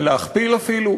להכפיל אפילו.